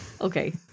Okay